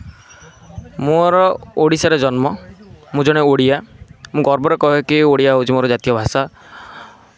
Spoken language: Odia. ମୋର ଓଡ଼ିଶାରେ ଜନ୍ମ ମୁଁ ଜଣେ ଓଡ଼ିଆ ମୁଁ ଗର୍ବରେ କହେ କି ଓଡ଼ିଆ ହେଉଛି ମୋର ଜାତୀୟ ଭାଷା